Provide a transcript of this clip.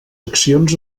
accions